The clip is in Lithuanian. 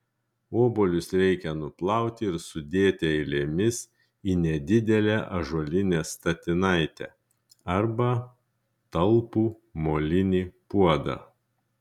obuolius reikia nuplauti ir sudėti eilėmis į nedidelę ąžuolinę statinaitę arba talpų molinį puodą